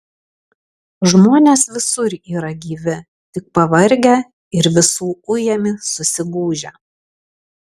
žmonės visur yra gyvi tik pavargę ir visų ujami susigūžę